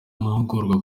amahugurwa